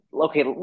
okay